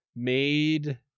made